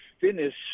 finish